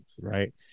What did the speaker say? right